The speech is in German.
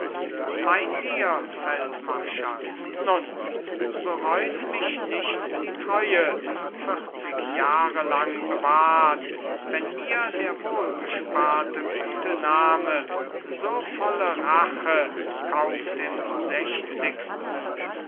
meint ihr feldmarschall nun so reut mich nicht die treue vierzig jahre lang bewahrt wenn mir der wohlgesparte gute name so volle rache kauft im sechzigsten